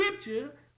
scripture